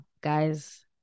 guys